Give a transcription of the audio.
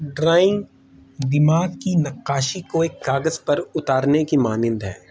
drawing دماغ کی نقاشی کو ایک کاغذ پر اتارنے کی مانند ہے